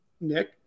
Nick